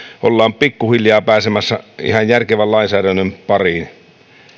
ollaan pikkuhiljaa pääsemässä ihan järkevän lainsäädännön pariin